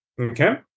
Okay